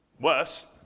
worse